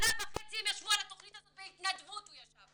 שנה וחצי הם ישבו על התכנית הזאת בהתנדבות הוא ישב,